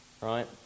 right